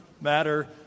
matter